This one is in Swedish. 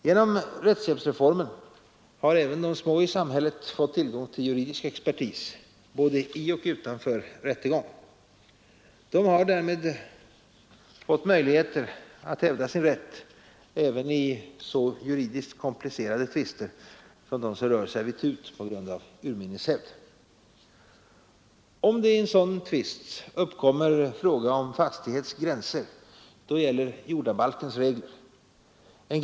Genom rättshjälpsreformen har även de små i samhället fått tillgång till juridisk expertis såväl i som utom rättegång. De har därmed fått möjligheter att få sin rätt även i så juridiskt komplicerade tvister som de som rör servitut på grund av urminnes hävd. Uppkommer i sådan tvist fråga om fastighets gränser gäller jordabalkens regler.